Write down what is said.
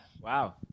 Wow